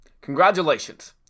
congratulations